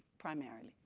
primarily,